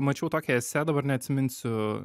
mačiau tokią esė dabar neatsiminsiu